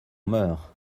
meurt